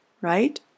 right